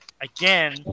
again